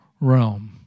realm